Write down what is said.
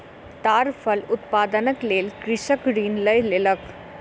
ताड़ फल उत्पादनक लेल कृषक ऋण लय लेलक